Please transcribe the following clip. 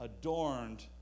adorned